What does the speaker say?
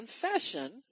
confession